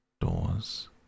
doors